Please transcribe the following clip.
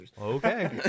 Okay